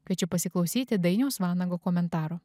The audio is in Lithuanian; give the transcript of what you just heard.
kviečiu pasiklausyti dainiaus vanago komentaro